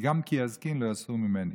כי "גם כי יזקין לא יסור ממנה".